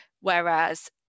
whereas